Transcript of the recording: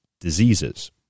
diseases